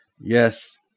Yes